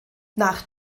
nach